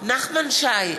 נחמן שי,